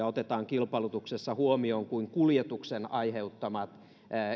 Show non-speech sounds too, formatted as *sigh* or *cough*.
*unintelligible* otetaan kilpailutuksessa huomioon sellaisia näkökantoja kuin esimerkiksi kuljetuksen aiheuttama